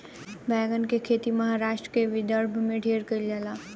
बैगन के खेती महाराष्ट्र के विदर्भ में ढेरे कईल जाला